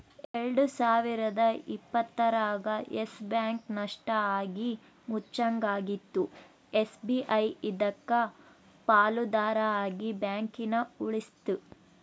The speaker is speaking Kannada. ಎಲ್ಡು ಸಾವಿರದ ಇಪ್ಪತ್ತರಾಗ ಯಸ್ ಬ್ಯಾಂಕ್ ನಷ್ಟ ಆಗಿ ಮುಚ್ಚಂಗಾಗಿತ್ತು ಎಸ್.ಬಿ.ಐ ಇದಕ್ಕ ಪಾಲುದಾರ ಆಗಿ ಬ್ಯಾಂಕನ ಉಳಿಸ್ತಿ